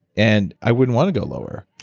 and i wouldn't want to go lower.